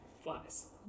Flies